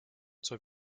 zur